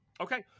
Okay